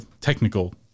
technical